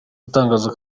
atangaza